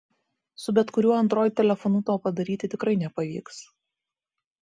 su bet kuriuo android telefonu to padaryti tikrai nepavyks